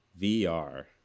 VR